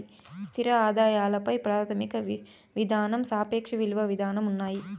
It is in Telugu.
స్థిర ఆదాయాల పై ప్రాథమిక విధానం సాపేక్ష ఇలువ విధానం ఉన్నాయి